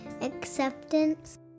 acceptance